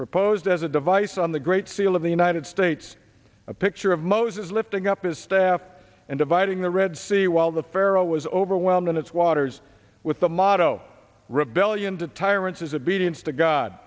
proposed as a device on the great seal of the united states a picture of moses lifting up his staff and dividing the red sea while the pharaoh was overwhelmed in its waters with the motto rebellion to tyrants is a beatings to god